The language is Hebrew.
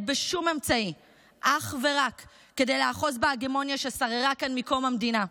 בשום אמצעי אך ורק כדי לאחוז בהגמוניה ששררה כאן מקום המדינה.